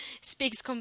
speaks